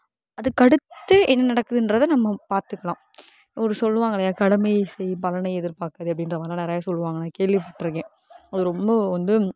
அதற்கடுத்து என்ன நடக்குதுன்றதை நம்ப பாதுக்கலாம் ஒன்று சொல்லுவாங்கலயா கடமையை செய் பலனை எதிர் பார்க்குறதன்ற மாதிரிலாம் சொல்லுவாங்க நான் நிறைய கேள்வி பட்டுருக்கேன் அது ரொம்ப வந்து கரெக்ட்